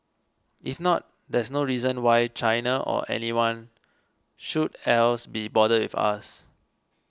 if not there's no reason why China or anyone should else be bothered with us